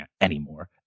anymore